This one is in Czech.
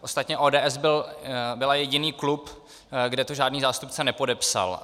Ostatně ODS byla jediný klub, kde to žádný zástupce nepodepsal.